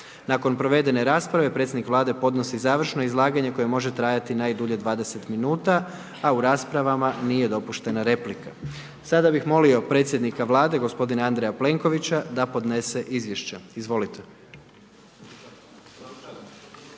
Nakon provedene rasprave, predsjednik Vlade podnosi završno izlaganje koje može trajati najdulje 20 minuta a u raspravama nije dopuštena replika. Sada bih molio predsjednika Vlade, gospodina Andreja Plenkovića da podnese izvješće, izvolite.